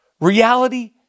Reality